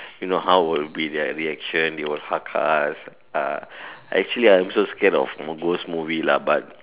you know how will be their reaction they will hug us uh actually I'm also scared of ghost movie lah but